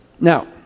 Now